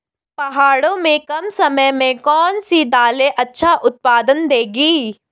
पहाड़ों में कम समय में कौन सी दालें अच्छा उत्पादन देंगी?